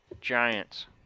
giants